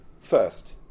first